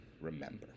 remember